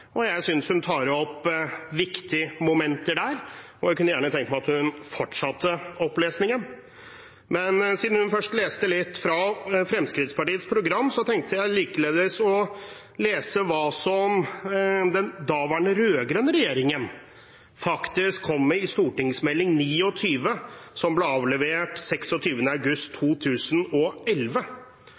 Jeg synes hun tar opp viktige momenter der, og jeg kunne gjerne tenkt meg at hun fortsatte opplesningen. Men siden hun først leste litt fra Fremskrittspartiets program, tenkte jeg likeledes å lese hva den daværende, rød-grønne regjeringen kom med i Meld. St. 29 fra 26. august 2011.